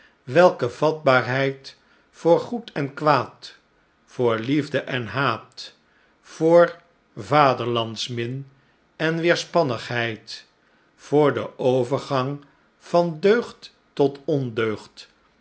weike vatbaarheid voor goed en kwaad voor liefde en haat voor vaderlandsmin en weerspannigheid voor den overgang van deugd tot ondeugd